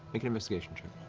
make an investigation check.